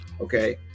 Okay